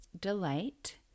delight